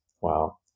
Wow